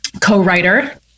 co-writer